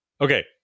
Okay